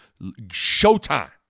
showtime